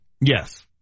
yes